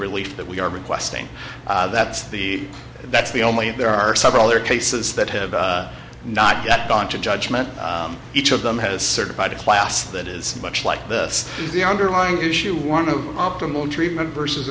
relief that we're requesting that's the that's the only and there are several other cases that have not yet gone to judgment each of them has certified a class that is much like this the underlying issue one of optimal treatment versus